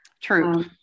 True